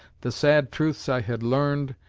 the sad truths i had learned,